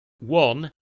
One